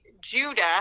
Judah